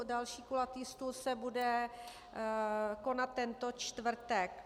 Další kulatý stůl se bude konat teto čtvrtek.